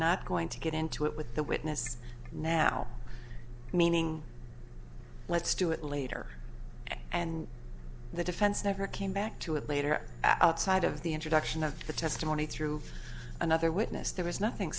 not going to get into it with the witness now meaning let's do it later and the defense never came back to it later outside of the introduction of the testimony through another witness there is nothing